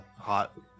hot